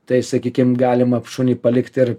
tai sakykim galima šuniui palikt ir